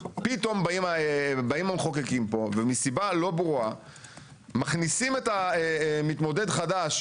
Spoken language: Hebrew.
פתאום באים המחוקקים פה ומסיבה לא ברורה מכניסים את המתמודד החדש,